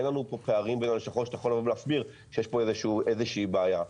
אין לנו פערים בין הלשכות שאתה יכול להגיד שיש פה איזושהי בעיה.